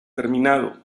terminado